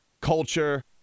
culture